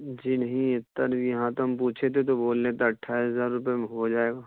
جی نہیں اتا نہیں یہاں تو ہم پوچھے تھے تو بول رہے تھے اٹھائیس ہزار روپے میں ہو جائے گا